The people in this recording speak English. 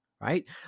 right